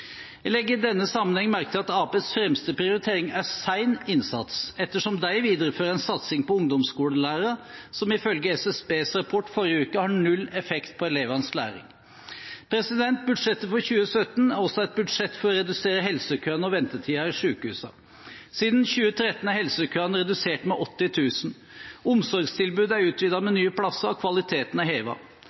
Jeg legger i denne sammenheng merke til at Arbeiderpartiets fremste prioritering er sen innsats, ettersom de viderefører en satsing på ungdomsskolelærere, som ifølge SSBs rapport fra forrige uke har null effekt på elevenes læring. Budsjettet for 2017 er også et budsjett for å redusere helsekøene og ventetidene i sykehusene. Siden 2013 er helsekøene redusert med 80 000. Omsorgstilbudet er utvidet med nye plasser, og kvaliteten er